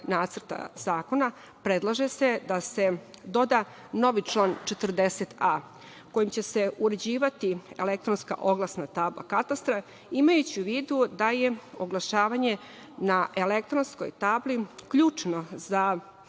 nacrta zakona predlaže se da se doda novi član 40a, kojim će se uređivati elektronska oglasna tabla katastra, imajući u vidu da je oglašavanje na elektronskoj tabli ključno za